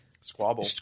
squabble